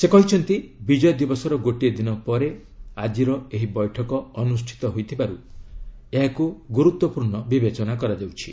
ସେ କହିଛନ୍ତି ବିଜୟ ଦିବସର ଗୋଟିଏ ଦିନ ପରେ ଆଜିର ଏହି ବୈଠକ ଅନୁଷ୍ଠିତ ହୋଇଥିବାର୍ ଏହାକୁ ଗୁରୁତ୍ୱପୂର୍ଣ୍ଣ ବିବେଚନା କରାଯାଉଛି